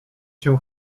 cię